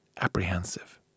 apprehensive